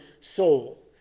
soul